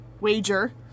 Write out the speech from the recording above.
Wager